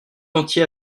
entier